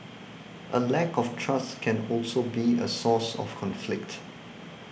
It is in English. a lack of trust can also be a source of conflict